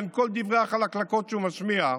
בין כל דברי החלקלקות שהוא משמיע,